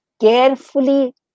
carefully